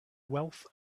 wealth